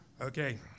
Okay